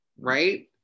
right